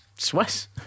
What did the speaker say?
Swiss